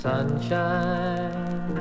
Sunshine